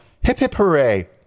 Hip-hip-hooray